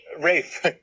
Rafe